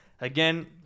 Again